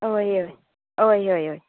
होय होय होय होय होय